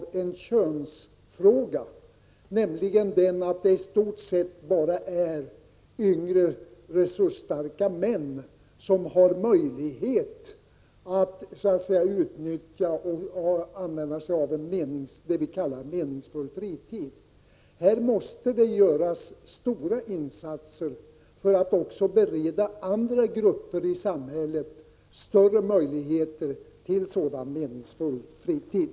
Det är nämligen i stort sett bara unga resursstarka män som har möjlighet att tillgodogöra sig det vi kallar en meningsfull fritid. Här måste göras stora insatser för att också bereda andra grupper i samhället större möjligheter att få sådan meningsfull fritid.